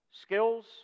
skills